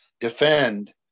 defend